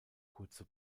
kurze